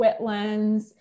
wetlands